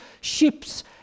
ships